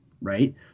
right